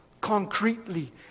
concretely